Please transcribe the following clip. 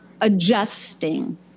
adjusting